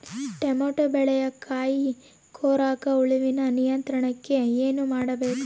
Tomato ಬೆಳೆಯ ಕಾಯಿ ಕೊರಕ ಹುಳುವಿನ ನಿಯಂತ್ರಣಕ್ಕೆ ಏನು ಮಾಡಬೇಕು?